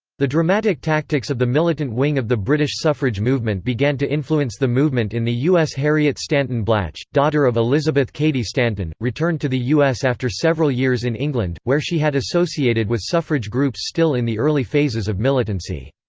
the dramatic tactics of the militant wing of the british suffrage movement began to influence the movement in the u s. harriet stanton blatch, daughter of elizabeth cady stanton, returned to the u s. after several years in england, where she had associated with suffrage groups still in the early phases of militancy.